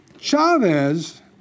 Chavez